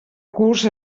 curs